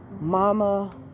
mama